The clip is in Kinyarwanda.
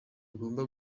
agomba